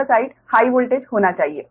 यह side high voltage होनी चाहिए